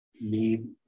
need